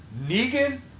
Negan